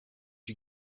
you